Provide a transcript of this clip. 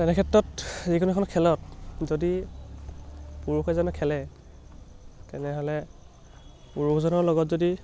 তেনে ক্ষেত্ৰত যিকোনো এখন খেলত যদি পুৰুষ এজনে খেলে তেনেহ'লে পুৰুষজনৰ লগত যদি